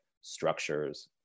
structures